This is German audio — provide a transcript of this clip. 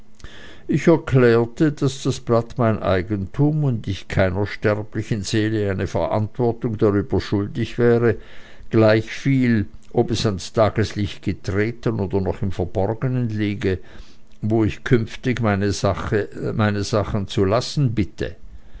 ich erklärte daß das blatt mein eigentum und ich keiner sterblichen seele eine verantwortung darüber schuldig wäre gleichviel ob es ans tageslicht getreten oder noch im verborgenen liege wo ich künftig meine sachen zu lassen bitte